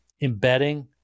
embedding